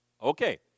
Okay